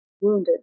wounded